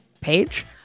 page